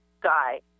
guy